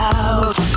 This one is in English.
out